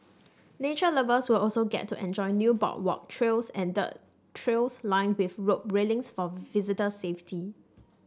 nature lovers will also get to enjoy new boardwalk trails and dirt trails lined with rope railings for visitor safety